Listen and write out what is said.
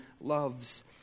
loves